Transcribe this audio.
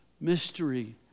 mystery